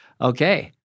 Okay